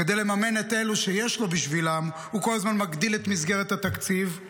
כדי לממן את אלו שיש לו בשבילם הוא כל הזמן מגדיל את מסגרת התקציב,